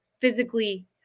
physically